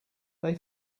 they